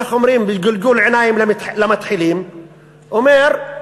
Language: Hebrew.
בגלגול עיניים למתחילים, אומר: